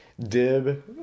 Dib